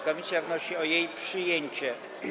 Komisja wnosi o jej przyjęcie.